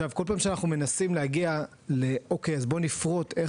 כל פעם שאנחנו מנסים להגיע ולפרוט איך